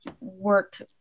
work